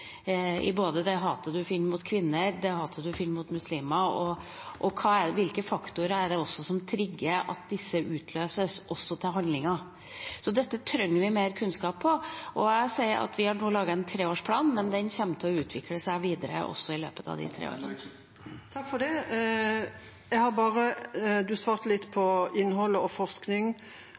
sammen, både det hatet man finner mot kvinner, det hatet man finner mot muslimer, og hvilke faktorer det er som trigger at dette utløses også i handlinger. Dette trenger vi mer kunnskap om. Jeg sier at vi nå har laget en treårsplan, men den kommer til å utvikle seg videre også i løpet av de tre årene. Statsråden svarte litt om innhold og forskning,